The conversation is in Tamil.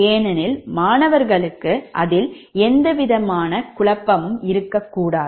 ஏனெனில் மாணவர்களுக்கு அதில் எந்தவிதமான குழப்பம் இருக்கக்கூடாது